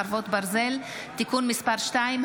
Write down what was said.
חרבות ברזל) (תיקון מס' 2),